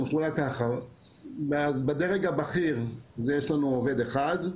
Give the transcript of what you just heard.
זה מחולק ככה - בדרג הבכיר יש לנו עובד אחד.